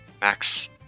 max